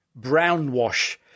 brownwash